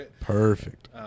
perfect